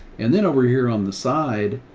and then over here on the side,